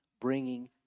bringing